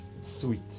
sweet